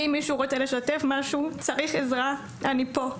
אם מישהו רוצה לשתף משהו, צריך עזרה, אני פה.